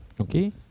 Okay